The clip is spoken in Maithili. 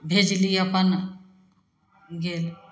भेजली अपन गेल